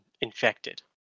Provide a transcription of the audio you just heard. infected